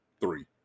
three